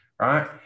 Right